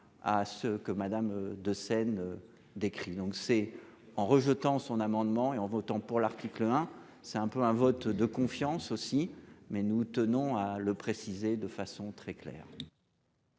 à ce que Madame de scène. Décrit donc c'est en rejetant son amendement et en votant pour l'article hein c'est un peu un vote de confiance aussi, mais nous tenons à le préciser de façon très claire.